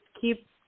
keep